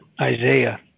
Isaiah